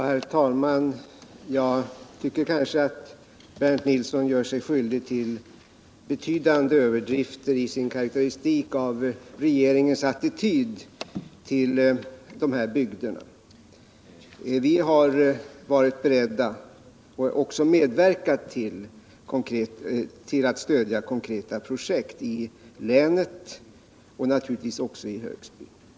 Herr talman! Jag tycker att Bernt Nilsson gör sig skyldig till betydande överdrifter i sin karakteristik av regeringens attityd till de här bygderna. Vi har varit beredda och också medverkat till att stödja konkreta projekt i länet och naturligtvis också i Högsby.